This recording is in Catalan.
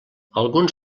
alguns